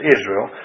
Israel